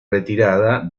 retirada